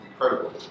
Incredible